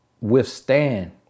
withstand